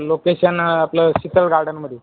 location आपलं शीतल गार्डनमध्ये